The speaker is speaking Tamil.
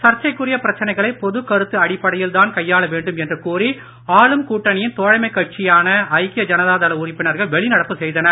சர்ச்சைக்குரிய பிரச்சனைகளை பொதுக் கருத்து அடிப்படையில் தான் கையாள வேண்டும் என்று கூறி ஆளும் கூட்டணியின் தோழமைக் கட்சியான ஐக்கிய ஜனதா தள உறுப்பினர்கள் வெளிநடப்பு செய்தனர்